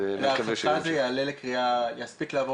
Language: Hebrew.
נקווה ש- -- להערכתך זה יספיק לעבור